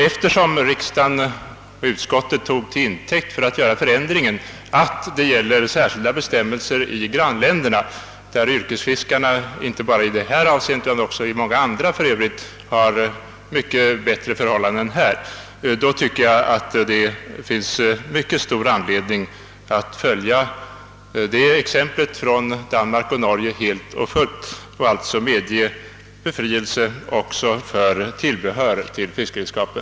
Eftersom riksdagen och utskottet tog till intäkt för att göra förändringen att särskilda bestämmelser gäller i grannländerna, där yrkesfiskarna inte bara i detta fall utan också i andra avseenden har mycket bättre förhållanden, tycker jag att det finns mycket stor anledning att följa exemplet från Danmark och Norge helt och fullt och alltså medge befrielse också för tillbehör till fiskredskapen.